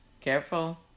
Careful